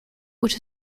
which